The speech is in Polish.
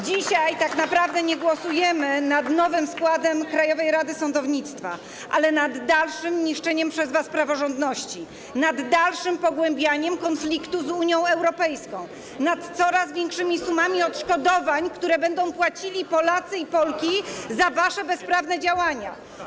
Dzisiaj tak naprawdę głosujemy nie nad nowym składem Krajowej Rady Sądownictwa, ale nad dalszym niszczeniem przez was praworządności, dalszym pogłębianiem konfliktu z Unią Europejską, coraz większymi sumami odszkodowań, które będą płacili Polacy i Polki za wasze bezprawne działania.